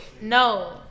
No